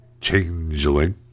changeling